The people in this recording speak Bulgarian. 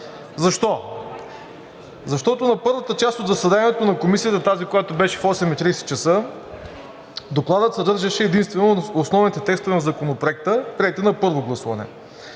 Защо? Защото на първата част от заседанието на Комисията – тази, която беше в 8,30 ч., Докладът съдържаше единствено основните текстове на Законопроекта, приети на първо гласуване.